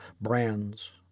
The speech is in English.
brands